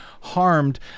harmed